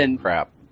crap